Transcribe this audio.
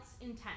intent